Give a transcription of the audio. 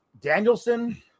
Danielson